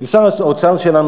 לשר האוצר שלנו,